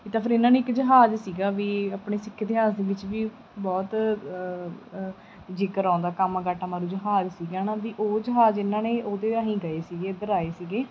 ਤਾਂ ਫਿਰ ਇਹਨਾਂ ਨੇ ਇੱਕ ਜਹਾਜ਼ ਸੀਗਾ ਵੀ ਆਪਣੇ ਸਿੱਖ ਇਤਿਹਾਸ ਦੇ ਵਿੱਚ ਵੀ ਬਹੁਤ ਜ਼ਿਕਰ ਆਉਂਦਾ ਕਾਮਾਗਾਟਾਮਾਰੂ ਜਹਾਜ਼ ਸੀਗਾ ਨਾ ਵੀ ਉਹ ਜਹਾਜ਼ ਇਹਨਾਂ ਨੇ ਉਹਦੇ ਰਾਹੀਂ ਗਏ ਸੀਗੇ ਇੱਧਰ ਆਏ ਸੀਗੇ